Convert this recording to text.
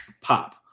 pop